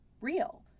real